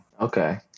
Okay